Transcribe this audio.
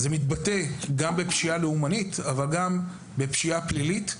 זה מתבטא גם בפשיעה לאומנית וגם בפשיעה פלילית.